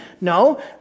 no